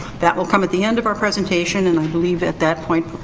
that will come at the end of our presentation. and i believe, at that point,